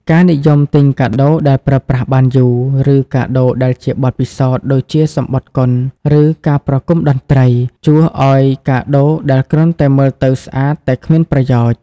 ការនិយមទិញកាដូដែលប្រើប្រាស់បានយូរ ឬកាដូដែលជាបទពិសោធន៍ ដូចជាសំបុត្រកុន ឬ ការប្រគំតន្ត្រី ជួសឱ្យកាដូដែលគ្រាន់តែមើលទៅស្អាតតែគ្មានប្រយោជន៍។